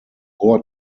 labor